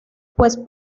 pues